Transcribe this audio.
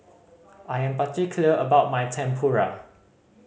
I am particular about my Tempura